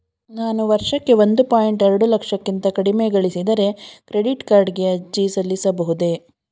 ನಾನು ವರ್ಷಕ್ಕೆ ಒಂದು ಪಾಯಿಂಟ್ ಎರಡು ಲಕ್ಷಕ್ಕಿಂತ ಕಡಿಮೆ ಗಳಿಸಿದರೆ ಕ್ರೆಡಿಟ್ ಕಾರ್ಡ್ ಗೆ ಅರ್ಜಿ ಸಲ್ಲಿಸಬಹುದೇ?